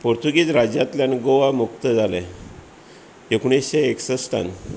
पोर्तुगीज राज्यांतल्यान गोवा मुक्त जालें एकोणीशे एकशस्ट